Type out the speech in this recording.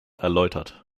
erläutert